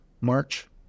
March